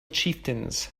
chieftains